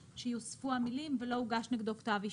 שיוספו גם המילים 'ולא הוגש נגדו כתב אישום'.